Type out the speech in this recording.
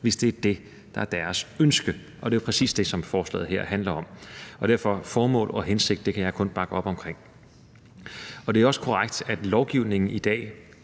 hvis det er det, der er deres ønske. Det er jo præcis det, som forslaget her handler om. Derfor kan jeg kun bakke op om formål og hensigt. Det er også korrekt, at lovgivningen i dag